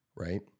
Right